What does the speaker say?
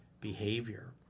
behavior